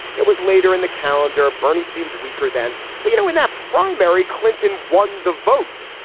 it was later in the calendar, bernie seemed weaker than, but you know, in that primary. clinton won the vote.